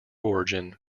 origin